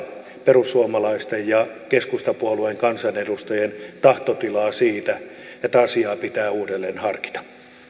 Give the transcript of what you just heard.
perussuomalaisten ja keskustapuolueen kansanedustajien tahtotilaa siitä että asiaa pitää uudelleen harkita